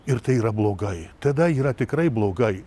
ir tai yra blogai tada yra tikrai blogai